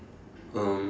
um